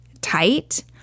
tight